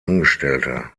angestellter